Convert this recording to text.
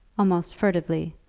almost furtively,